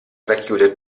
racchiude